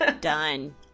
Done